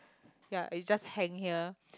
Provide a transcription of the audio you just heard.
ya it's just hang here